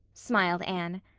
smiled anne.